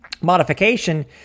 modification